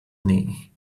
knee